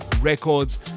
records